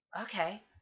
Okay